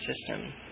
system